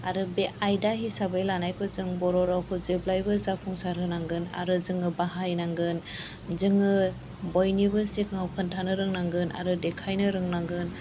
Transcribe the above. आरो बे आयदा हिसाबै लानायखौ जों बर' रावखौ जेब्लायबो जाफुंसार होनांगोन आरो जोङो बाहायनांगोन जोङो बयनिबो सिगाङाव खोन्थानो रोंनांगोन आरो देखायनो रोंनांगोन